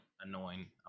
Annoying